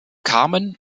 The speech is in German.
kamen